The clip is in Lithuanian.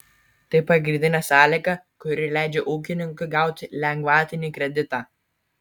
tai pagrindinė sąlyga kuri leidžia ūkininkui gauti lengvatinį kreditą